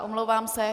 Omlouvám se.